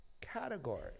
category